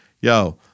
Yo